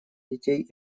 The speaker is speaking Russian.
детей